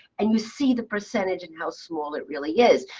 and you see the percentage and how small it really is.